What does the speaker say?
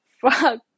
fuck